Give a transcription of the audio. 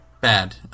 Bad